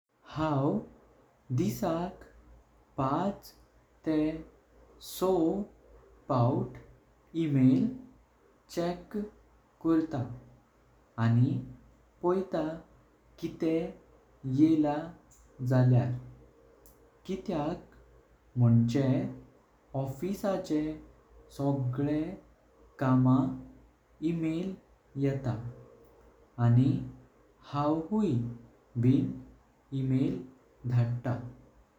हाव दिसाक पांच तेह सव पवथ इमेल चेक कर्ता। अणि पॉयता किते येळा झाल्यार कित्याक मोनचें ऑफिसाचे सगळे काम इमेल येता। अणि हांव हुए बिन इमेल धारता।